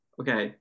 okay